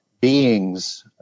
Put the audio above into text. beings